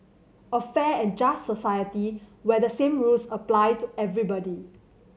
a fair and just society where the same rules apply to everybody